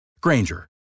Granger